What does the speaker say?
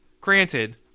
granted